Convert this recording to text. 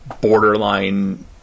borderline